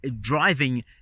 driving